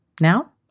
Now